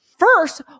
First